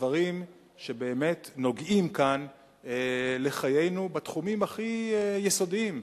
לדברים שבאמת נוגעים כאן לחיינו בתחומים הכי יסודיים,